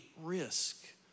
risk